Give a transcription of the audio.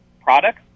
products